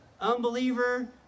unbeliever